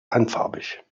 einfarbig